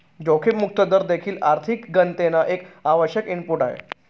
जोखीम मुक्त दर देखील आर्थिक गणनेत एक आवश्यक इनपुट आहे